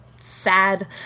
sad